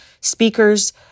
speakers